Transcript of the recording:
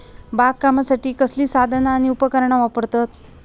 बागकामासाठी कसली साधना आणि उपकरणा वापरतत?